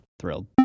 Thrilled